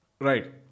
Right